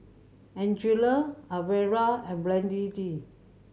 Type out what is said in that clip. Angela Alvera and Brandee